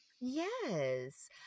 Yes